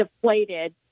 deflated